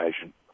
patient